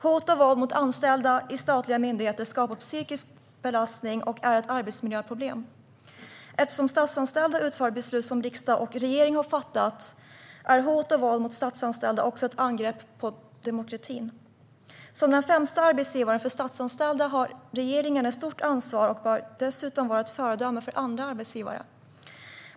Hot och våld mot anställda i statliga myndigheter skapar psykisk belastning och är ett arbetsmiljöproblem. Eftersom statsanställda utför sådant som riksdag och regering har fattat beslut om är hot och våld mot statsanställda också ett angrepp på demokratin. Som den främsta arbetsgivaren för statsanställda har regeringen ett stort ansvar och bör dessutom vara ett föredöme för andra arbetsgivare.